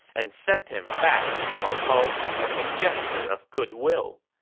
and sent him back to cao cao as a gesture of goodwill.